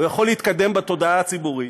הוא יכול להתקדם בתודעה הציבורית,